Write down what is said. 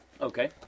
Okay